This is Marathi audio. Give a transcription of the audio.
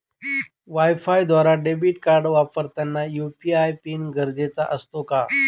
वायफायद्वारे डेबिट कार्ड वापरताना यू.पी.आय पिन गरजेचा असतो का?